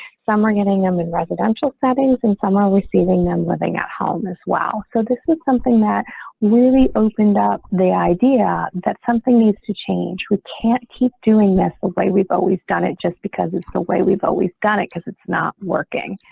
summary getting them in residential settings and some are receiving them living at home as well. so this is something that really opened up the idea that something needs to change. we can't keep doing this the way we've always done it, just because it's the way we've always done it because it's not working,